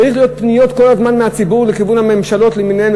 צריכות להיות כל הזמן פניות מהציבור לכיוון הממשלות למיניהן,